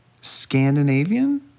Scandinavian